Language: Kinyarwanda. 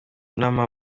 n’ama